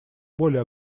более